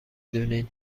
دونین